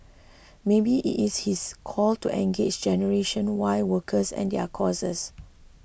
maybe it is his call to engage generation Y workers and their causes